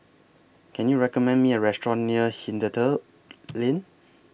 Can YOU recommend Me A Restaurant near Hindhede Lane